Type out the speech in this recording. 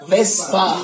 Vespa